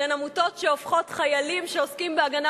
שהן עמותות שהופכות חיילים שעוסקים בהגנה